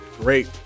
great